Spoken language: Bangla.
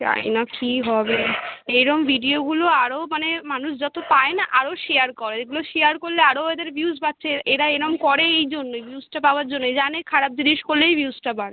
জানি না কী হবে এইরম ভিডিওগুলো আরো মানে মানুষ যতো পায় না আরো শেয়ার করে এগুলো শেয়ার করলে আরো এদের ভিউস বাড়ছে এ এরা এরকম করেই এই জন্যই ভিউসটা পাওয়ার জন্যই জানে খারাপ জিনিস করলেই ভিউসটা বাড়বে